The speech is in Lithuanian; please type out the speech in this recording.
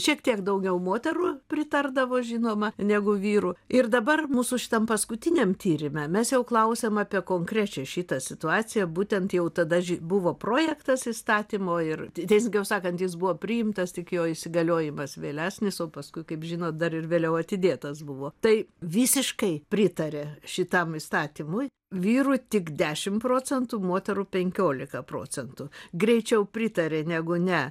šiek tiek daugiau moterų pritardavo žinoma negu vyrų ir dabar mūsų šitam paskutiniam tyrime mes jau klausiam apie konkrečią šitą situaciją būtent jau tada ži buvo projektas įstatymo ir teisingiau sakant jis buvo priimtas tik jo įsigaliojimas vėlesnis o paskui kaip žinot dar ir vėliau atidėtas buvo tai visiškai pritarė šitam įstatymui vyrų tik dešim procentų moterų penkiolika procentų greičiau pritaria negu ne